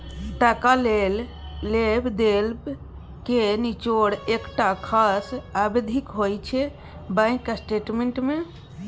टका लेब देब केर निचोड़ एकटा खास अबधीक होइ छै बैंक स्टेटमेंट मे